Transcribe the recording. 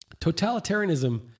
totalitarianism